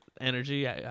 energy